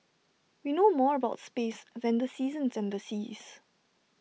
we know more about space than the seasons and seas